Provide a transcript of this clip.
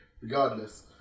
regardless